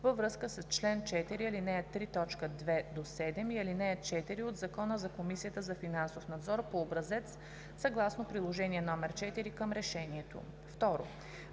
във връзка с чл. 4, ал. 3, т. 2 – 7 и ал. 4 от Закона за Комисията за финансов надзор по образец съгласно приложение № 4 към решението. 2.